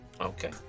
Okay